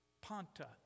panta